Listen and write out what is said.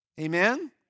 Amen